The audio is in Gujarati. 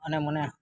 અને મને